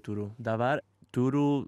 turiu dabar turiu